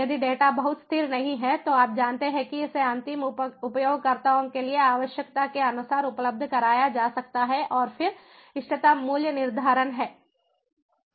यदि डेटा बहुत स्थिर नहीं है तो आप जानते हैं कि इसे अंतिम उपयोगकर्ताओं के लिए आवश्यकता के अनुसार उपलब्ध कराया जा सकता है और फिर इष्टतम मूल्य निर्धारण है